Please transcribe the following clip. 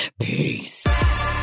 Peace